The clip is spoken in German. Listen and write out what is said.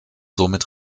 somit